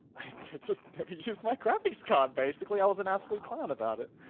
just like crappy scott, basically. i was an absolute clown about it.